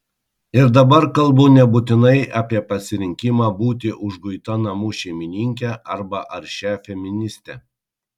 ir dabar kalbu nebūtinai apie pasirinkimą būti užguita namų šeimininke arba aršia feministe